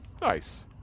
nice